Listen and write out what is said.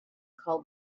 called